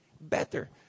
better